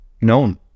known